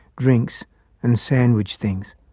drinks and sandwich things.